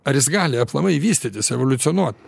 ar jis gali aplamai vystytis evoliucionuot